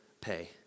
pay